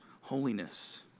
holiness